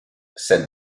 said